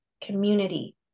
community